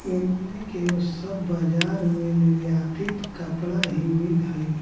एने के सब बजार में निर्यातित कपड़ा ही मिल हई